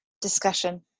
discussion